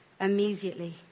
immediately